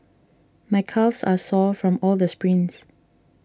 my calves are sore from all the sprints